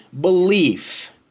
belief